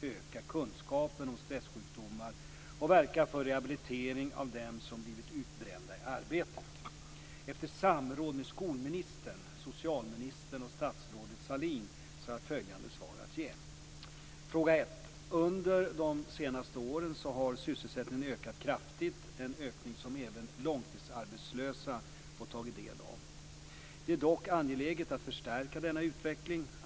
Öka kunskapen om stressjukdomar och verka för rehabilitering av dem som blivit utbrända i arbetet. Efter samråd med skolministern, socialministern och statsrådet Sahlin har jag följande svar att ge: Fråga 1: Under de senaste åren har sysselsättningen ökat kraftigt, en ökning som även långtidsarbetslösa fått ta del av. Det är dock angeläget att förstärka denna utveckling.